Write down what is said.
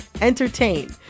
entertain